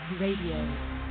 Radio